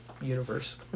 universe